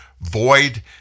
void